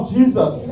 Jesus